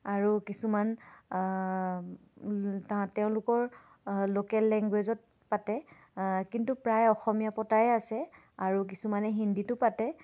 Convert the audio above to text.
আৰু কিছুমান তাহাঁ তেওঁলোকৰ লোকেল লেংগুৱেজত পাতে কিন্তু প্ৰায় অসমীয়া পতাই আছে আৰু কিছুমানে হিন্দীতো পাতে